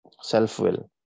self-will